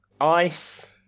ice